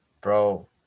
Bro